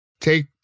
Take